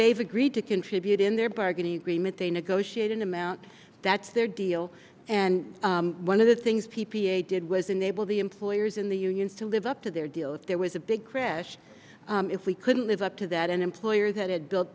they've agreed to contribute in their bargaining agreement they negotiate an amount that's their deal and one of the things p p a did was enable the employers in the union to live up to their deal if there was a big crash if we couldn't live up to that an employer that had built